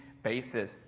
Basis